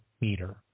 meter